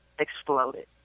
exploded